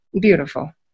Beautiful